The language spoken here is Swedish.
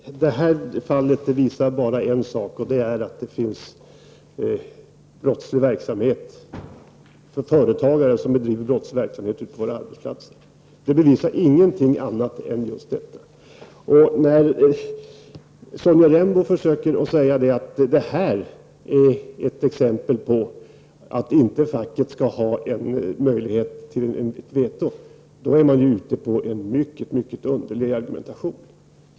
Herr talman! Det här fallet visar bara en sak: att det finns företagare som bedriver brottslig verksamhet ute på våra arbetsplatser. Det visar ingenting annat än just detta. När Sonja Rembo säger att detta är ett bevis på att facket inte skall ha någon möjlighet att lägga fram sitt veto, är det fråga om en mycket underlig argumentation.